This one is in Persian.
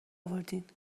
آوردین